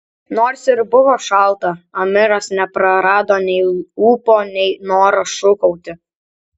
nors ir buvo šalta amiras neprarado nei ūpo nei noro šūkauti